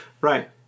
right